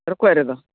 ᱨᱚᱠᱚᱡ ᱨᱮᱫᱚ